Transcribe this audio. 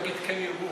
להגיד "כן ירבו".